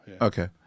Okay